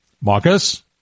Marcus